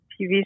tv